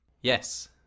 Yes